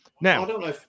Now